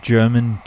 German